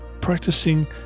practicing